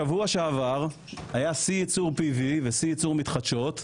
בשבוע שעבר היה שיא יצור PV ושיא יצור מתחדשות ever,